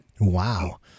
Wow